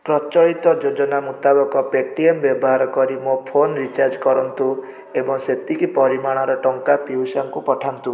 ପ୍ରଚଳିତ ଯୋଜନା ମୁତାବକ ପେ ଟି ଏମ୍ ବ୍ୟବହାର କରି ମୋ ଫୋନ୍ ରିଚାର୍ଜ୍ କରନ୍ତୁ ଏବଂ ସେତିକି ପରିମାଣର ଟଙ୍କା ପିଉସାଙ୍କୁ ପଠାନ୍ତୁ